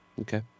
Okay